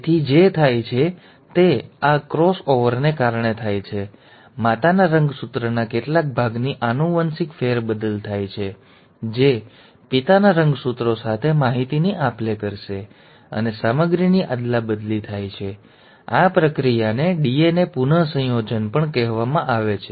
તેથી જે થાય છે તે આ ક્રોસ ઓવરને કારણે થાય છે માતાના રંગસૂત્રના કેટલાક ભાગની આનુવંશિક ફેરબદલ થાય છે જે પિતાના રંગસૂત્રો સાથે માહિતીની આપ લે કરશે અને સામગ્રીની અદલાબદલી થાય છે આ પ્રક્રિયાને ડીએનએ પુનઃસંયોજન પણ કહેવામાં આવે છે